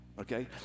Okay